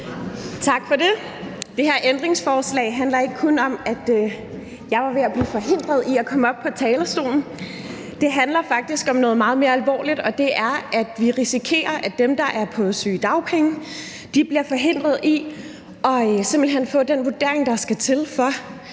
Tak for det. Det her ændringsforslag handler ikke kun om, at jeg var ved at blive forhindret i at komme op på talerstolen. Det handler faktisk om noget meget mere alvorligt, og det er, at vi risikerer, at dem, der er på sygedagpenge, bliver forhindret i simpelt hen at få den vurdering, der skal til, for